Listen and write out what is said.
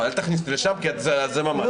אל תכניס אותי לשם כי זה לא נכון.